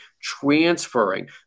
transferring